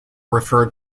referred